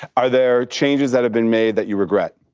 are there changes that have been made that you regret?